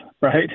right